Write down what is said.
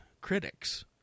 critics